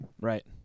Right